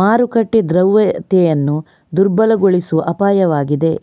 ಮಾರುಕಟ್ಟೆ ದ್ರವ್ಯತೆಯನ್ನು ದುರ್ಬಲಗೊಳಿಸುವ ಅಪಾಯವಾಗಿದೆ